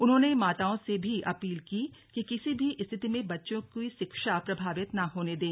उन्होंने माताओं से भी अपील की कि किसी भी रिथिति में बच्चियों की शिक्षा प्रभावित न होने दें